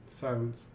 Silence